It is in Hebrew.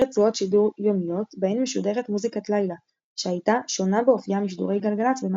ואת מקומו תפסה נועה גראס.